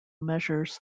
measures